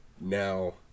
Now